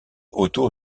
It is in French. autour